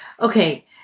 Okay